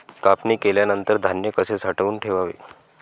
कापणी केल्यानंतर धान्य कसे साठवून ठेवावे?